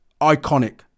Iconic